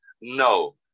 No